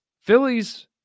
Phillies